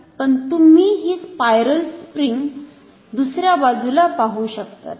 पण तुम्ही ही स्पायरल स्प्रिंग दुसऱ्या बाजूला पाहू शकतात